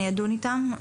אני אדון איתם,